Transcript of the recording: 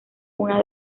una